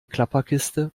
klapperkiste